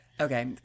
Okay